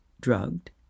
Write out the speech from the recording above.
drugged